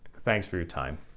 thanks for your time.